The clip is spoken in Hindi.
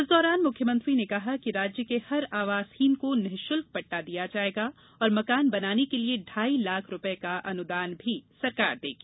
इस दौरान मुख्यमंत्री ने कहा कि राज्य के हर आवासहिन को निःशल्क पट्टा दिया जाएगा और मकान बनाने के लिये ढ़ाई लाख रूपये का अनुदान भी सरकार देगी